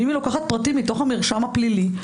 ואם היא לוקחת פרטים מתוך המרשם הפלילי,